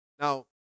Now